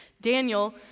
Daniel